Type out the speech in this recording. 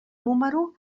número